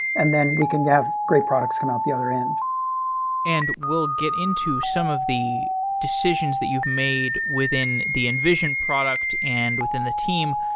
and then we can have great products come out the other end and we'll get into some of the decisions that you've made within the invision product and within the team.